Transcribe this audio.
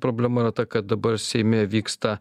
problema kad dabar seime vyksta